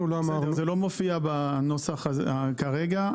זה לא מופיע בנוסח כרגע.